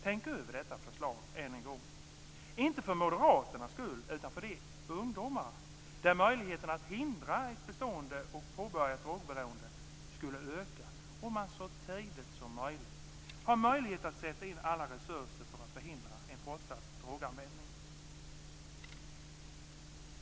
Tänk över detta förslag än en gång! Gör det inte för Moderaternas skull utan för de ungdomar där möjligheten att hindra ett bestående och påbörjat drogberoende skulle öka om man så tidigt som möjligt fick chansen att sätta in alla resurser för att förhindra en fortsatt droganvändning.